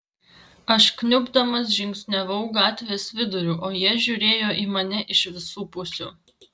aš kniubdamas žingsniavau gatvės viduriu o jie žiūrėjo į mane iš visų pusių